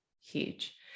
huge